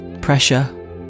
pressure